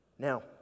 Now